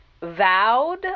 vowed